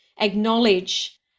acknowledge